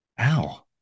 Ow